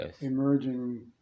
emerging